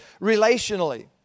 relationally